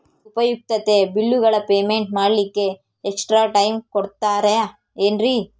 ಉಪಯುಕ್ತತೆ ಬಿಲ್ಲುಗಳ ಪೇಮೆಂಟ್ ಮಾಡ್ಲಿಕ್ಕೆ ಎಕ್ಸ್ಟ್ರಾ ಟೈಮ್ ಕೊಡ್ತೇರಾ ಏನ್ರಿ?